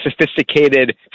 sophisticated